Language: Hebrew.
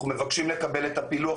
אנחנו מבקשים לקבל את הפילוח,